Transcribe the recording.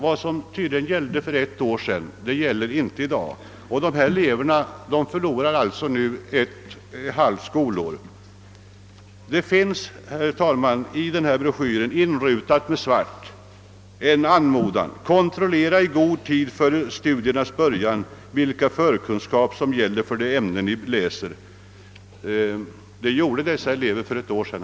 Vad som gällde för ett år sedan gäller tydligen inte i dag, och dessa elever förlorar nu ett halvt skolår. I broschyren finns inrutad med svart en anmodan: »Kontrollera i god tid före studiernas början vilken förkunskap som gäller för det ämne ni läser!» Det gjorde dessa elever för ett år sedan.